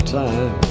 time